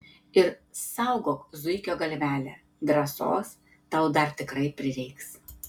ir saugok zuikio galvelę drąsos tau dar tikrai prireiks